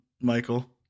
Michael